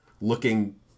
looking